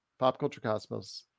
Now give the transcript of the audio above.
PopCultureCosmos